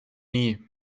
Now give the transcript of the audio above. nie